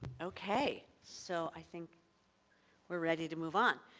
okay. so i think we're ready to move on.